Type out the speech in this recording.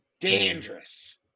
Dangerous